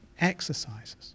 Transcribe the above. exercises